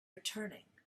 returning